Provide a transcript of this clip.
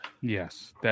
Yes